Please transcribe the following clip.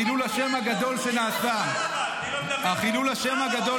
וחילול השם הגדול שנעשה ------ וחילול השם הגדול